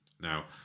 Now